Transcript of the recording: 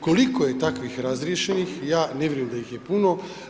Koliko je takvih razriješenih, ja ne vjerujem da ih je puno.